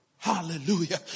Hallelujah